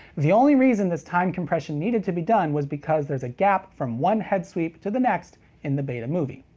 the only reason this time compression needed to be done was because there's a gap from one head sweep to the next in the betamovie.